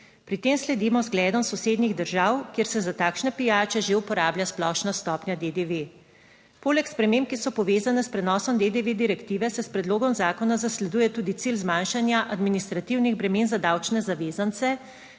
Pri tem sledimo zgledom sosednjih držav, kjer se za takšne pijače že uporablja splošna stopnja DDV. Poleg sprememb, ki so povezane s prenosom DDV direktive, se s predlogom zakona zasleduje tudi cilj zmanjšanja administrativnih bremen za davčne zavezance.